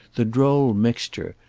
the droll mixture,